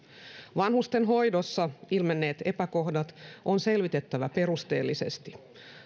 vanhusten hoidossa ilmenneet epäkohdat on selvitettävä perusteellisesti